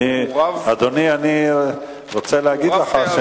ושר המשפטים ושר החינוך.